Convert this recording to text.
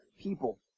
people